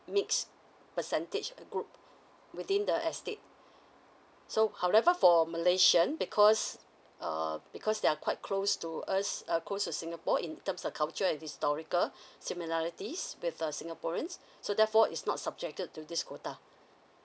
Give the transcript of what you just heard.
meets percentage group within the estate so however for malaysian because err because they are quite close to us err close to singapore in terms of culture and historical similarities with a singaporeans so therefore is not subjected to this quota